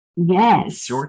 Yes